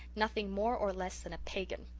nothing more or less than a pagan.